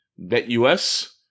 BetUS